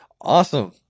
awesome